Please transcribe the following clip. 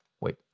Wait